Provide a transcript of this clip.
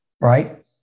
right